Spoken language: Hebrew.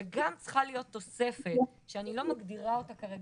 וגם צריכה להיות תוספת שאני לא מגדירה אותה כרגע,